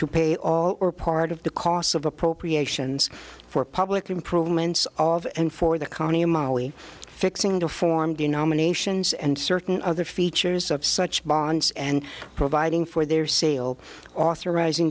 to pay all or part of the costs of appropriations for public improvements of and for the county of molly fixing to form the nominations and certain other features of such bonds and providing for their sale authorizing